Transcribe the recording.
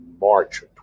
March